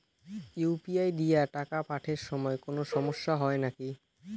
UPI দিয়া টাকা পাঠের সময় কোনো সমস্যা হয় নাকি?